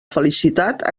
felicitat